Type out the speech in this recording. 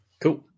Cool